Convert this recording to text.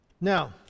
Now